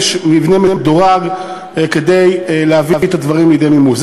יש מבנה מדורג כדי להביא את הדברים לידי מימוש.